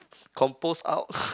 compose out